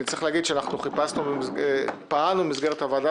אני צריך להגיד שאנחנו פעלנו במסגרת הוועדה